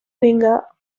winger